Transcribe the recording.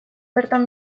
bertan